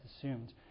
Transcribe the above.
assumed